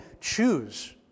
choose